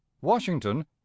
Washington